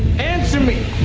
answer me!